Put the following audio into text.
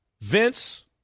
Vince